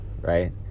right